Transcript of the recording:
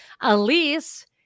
Elise